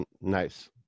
Nice